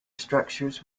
structures